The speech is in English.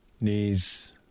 knees